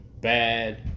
bad